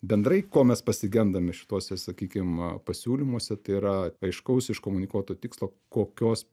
bendrai ko mes pasigendame šituose sakykim pasiūlymuose tai yra aiškaus iškomunikuoto tikslo kokios